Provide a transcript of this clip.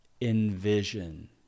envision